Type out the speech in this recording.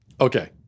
Okay